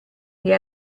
gli